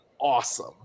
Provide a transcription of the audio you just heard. awesome